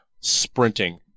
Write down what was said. sprinting